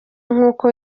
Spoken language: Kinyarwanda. nk’uko